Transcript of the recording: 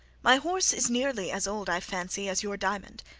my horse is nearly as old, i fancy, as your diamond,